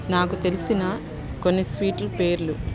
నాకు తెలిసిన కొన్ని స్వీట్లు పేర్లు